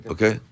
Okay